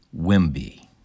Wimby